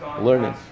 learning